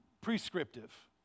prescriptive